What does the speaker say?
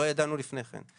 שלא ידענו לפני כן,